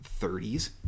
30s